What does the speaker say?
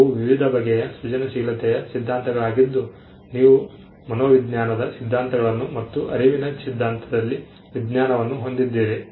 ಅವು ವಿವಿಧ ಬಗೆಯ ಸೃಜನಶೀಲತೆಯ ಸಿದ್ಧಾಂತಗಳಾಗಿದ್ದು ನೀವು ಮನೋವಿಜ್ಞಾನದ ಸಿದ್ಧಾಂತಗಳನ್ನು ಮತ್ತು ಅರಿವಿನ ಸಿದ್ಧಾಂತದಲ್ಲಿ ವಿಜ್ಞಾನವನ್ನು ಹೊಂದಿದ್ದೀರಿ